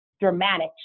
dramatic